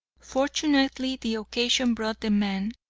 fortunately the occasion brought the man.